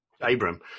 Abram